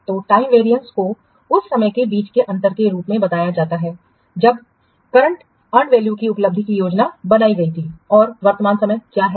तो time variance को उस समय के बीच के अंतर के रूप में बताया जाता है जब करंट अर्नड वैल्यू की उपलब्धि की योजना बनाई गई थी और वर्तमान समय क्या है